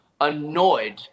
annoyed